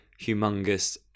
humongous